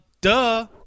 duh